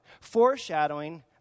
foreshadowing